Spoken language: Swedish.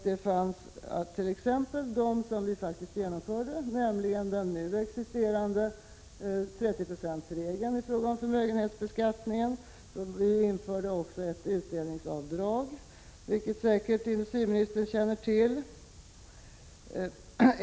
Vi genomförde t.ex. den nu existerande 30-procentsregeln i fråga om förmögenhetsbeskattningen. Vi införde också ett utdelningsavdrag, vilket säkert industriministern känner till.